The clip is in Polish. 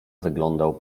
wyglądał